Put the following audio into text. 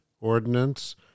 ordinance